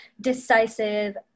decisive